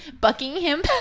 buckingham